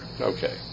Okay